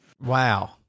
wow